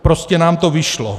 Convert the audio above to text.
Prostě nám to vyšlo.